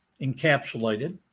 encapsulated